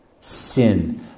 Sin